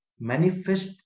manifest